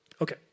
Okay